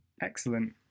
Excellent